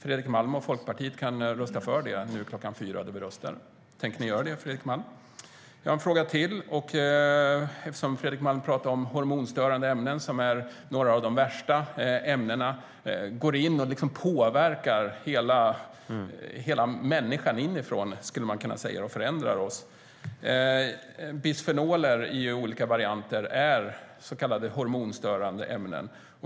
Fredrik Malm och Folkpartiet kan rösta för det vid voteringen i eftermiddag. Tänker ni göra det, Fredrik Malm? Fredrik Malm talar om hormonstörande ämnen. De hör till några av de värsta ämnena eftersom de går in i kroppen och påverkar hela människan inifrån. De förändrar oss. Olika varianter av bisfenoler är så kallade hormonstörande ämnen.